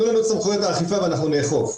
תנו לנו סמכויות אכיפה ונאכוף.